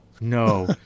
No